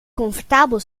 comfortabel